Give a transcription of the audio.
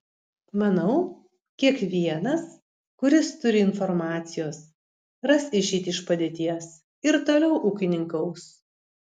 manau kiekvienas kuris turi informacijos ras išeitį iš padėties ir toliau ūkininkaus